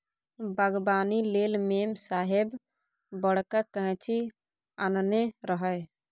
बागबानी लेल मेम साहेब बड़का कैंची आनने रहय